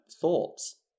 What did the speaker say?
thoughts